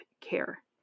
care